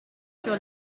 sur